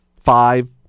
five